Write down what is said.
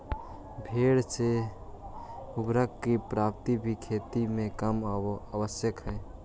भेंड़ से उर्वरक की प्राप्ति भी खेती में काम आवअ हई